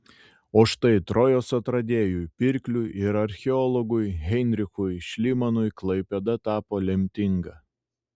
o štai trojos atradėjui pirkliui ir archeologui heinrichui šlymanui klaipėda tapo lemtinga